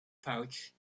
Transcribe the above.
pouch